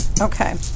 Okay